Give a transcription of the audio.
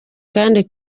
kandi